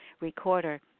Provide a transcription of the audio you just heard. recorder